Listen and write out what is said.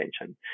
attention